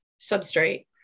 substrate